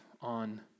on